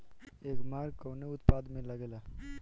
एगमार्क कवने उत्पाद मैं लगेला?